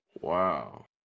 Wow